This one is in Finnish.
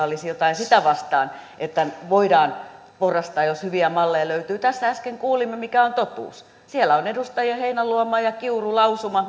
olisi jotain sitä vastaan että voidaan porrastaa jos hyviä malleja löytyy tässä äsken kuulimme mikä on totuus siellä on edustajien heinäluoma ja kiuru lausuma